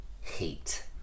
hate